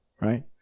right